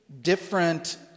different